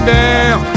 down